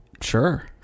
sure